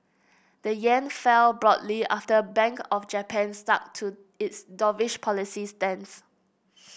the yen fell broadly after the Bank of Japan stuck to its dovish policy stance